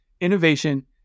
innovation